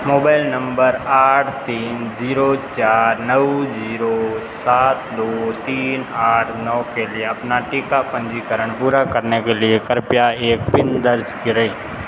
mobile number आठ तीन zero चार नौ जीरो सात दो तीन आठ नौ के लिए अपना टीका पंजीकरण पूरा करने के लिए कृपया एक पिन दर्ज करें